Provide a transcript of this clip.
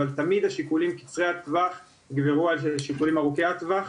אבל תמיד השיקולים שהם קצרי טווח יגברו על השיקולים שהם ארוכי טווח,